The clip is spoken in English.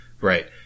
Right